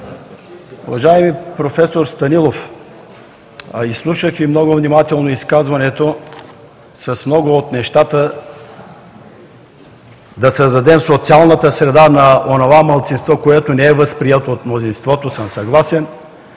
Уважаеми проф. Станилов, изслушах Ви много внимателно изказването, с много от нещата – да създадем социалната среда на онова малцинство, което не е възприето от мнозинството, съм съгласен,